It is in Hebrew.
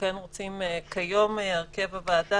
כיום הרכב של הוועדה,